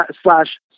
slash